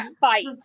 fight